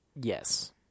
Yes